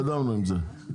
התקדמנו עם זה.